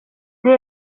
det